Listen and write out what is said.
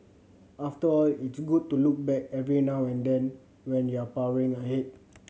after all it's good to look back every now and then when you're powering ahead